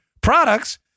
products